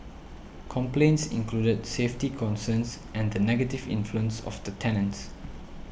complaints included safety concerns and the negative influence of the tenants